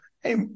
hey